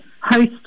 host